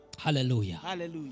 hallelujah